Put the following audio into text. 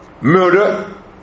murder